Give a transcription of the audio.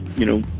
you know,